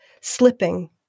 slipping